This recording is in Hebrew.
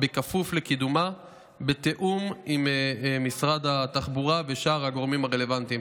בכפוף לקידומה בתיאום עם משרד התחבורה ושאר הגורמים הרלוונטיים.